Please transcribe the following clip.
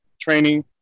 training